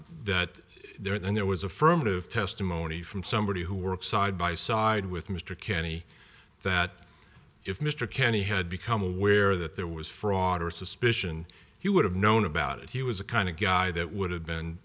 that there was affirmative testimony from somebody who worked side by side with mr kenny that if mr kenny had become aware that there was fraud or suspicion he would have known about it he was a kind of guy that would have been